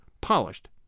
polished